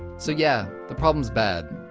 so, yeah the problem is bad,